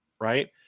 right